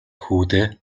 хүүдээ